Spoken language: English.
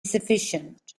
sufficient